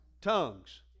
tongues